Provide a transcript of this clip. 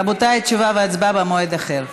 רבותיי, תשובה והצבעה במועד אחר.